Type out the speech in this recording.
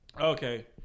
Okay